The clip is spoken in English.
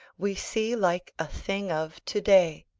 we see like a thing of to-day.